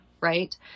right